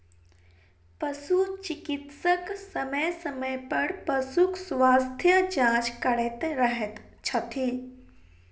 पशु चिकित्सक समय समय पर पशुक स्वास्थ्य जाँच करैत रहैत छथि